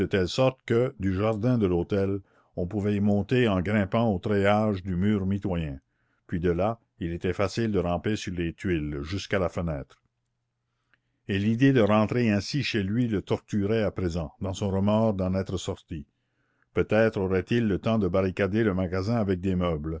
telle sorte que du jardin de l'hôtel on pouvait y monter en grimpant au treillage du mur mitoyen puis de là il était facile de ramper sur les tuiles jusqu'à la fenêtre et l'idée de rentrer ainsi chez lui le torturait à présent dans son remords d'en être sorti peut-être aurait-il le temps de barricader le magasin avec des meubles